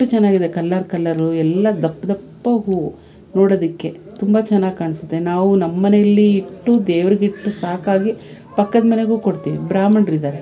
ಅಷ್ಟು ಚೆನ್ನಾಗಿದೆ colour colour ಎಲ್ಲ ದಪ್ಪ ದಪ್ಪ ಹೂವು ನೋಡೋದಕ್ಕೆ ತುಂಬ ಚೆನ್ನಾಗಿ ಕಾಣಿಸುತ್ತೆ ನಾವು ನಮ್ಮ ಮನೆಲ್ಲಿ ಇಟ್ಟು ದೇವ್ರಿಗೆ ಇಟ್ಟು ಸಾಕಾಗಿ ಪಕ್ಕದಮನೆಗೂ ಕೊಡ್ತೀವಿ ಬ್ರಾಮಣ್ರಿದಾರೆ